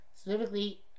specifically